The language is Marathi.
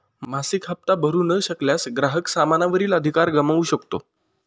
मासिक हप्ता भरू न शकल्यास, ग्राहक सामाना वरील अधिकार गमावू शकतो